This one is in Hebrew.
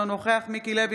אינו נוכח מיקי לוי,